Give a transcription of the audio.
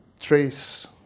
trace